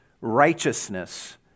righteousness